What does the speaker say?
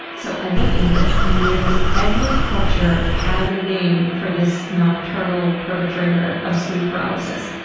so i looked into this, and nearly every culture has a name for this nocturnal perpetrator of sleep paralysis.